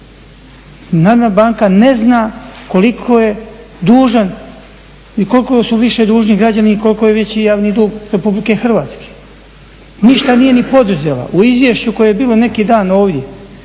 način. Banka ne zna koliko je dužan i koliko su više dužni građani i koliko je veći javni dug Republike Hrvatske. Ništa nije ni poduzela. U izvješću koje je bilo neki dan ovdje